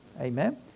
Amen